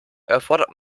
erfordert